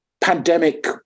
pandemic